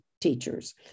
teachers